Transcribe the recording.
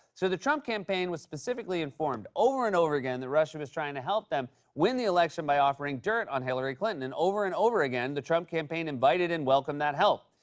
so the trump campaign was specifically informed over and over again that russia was trying to help them win the election by offering dirt on hillary clinton. and over and over again, the trump campaign invited and welcomed that help.